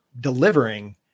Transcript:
delivering